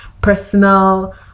personal